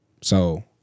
So-